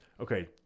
Okay